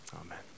Amen